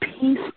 peace